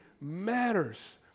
matters